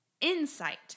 insight